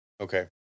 Okay